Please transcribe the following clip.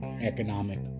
economic